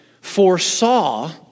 foresaw